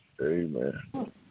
Amen